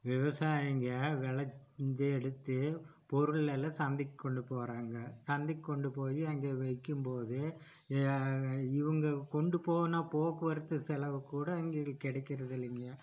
விவசாயிங்கள் விளைஞ்ச எடுத்து பொருள் எல்லாம் சந்தைக்கு கொண்டு போகிறாங்க சந்தைக்கு கொண்டு போய் அங்கே விற்கும்போது இவங்க கொண்டு போன போக்குவரத்து செலவுக்குக்கூட அவங்களுக்கு கிடைக்கிறது இல்லியங்க